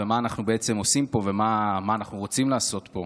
מה אנחנו בעצם עושים פה ומה אנחנו רוצים לעשות פה.